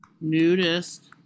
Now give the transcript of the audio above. Nudist